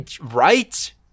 Right